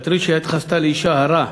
פטרישיה התחזה לאישה הרה